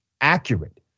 accurate